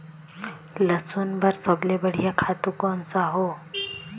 लसुन बार सबले बढ़िया खातु कोन सा हो?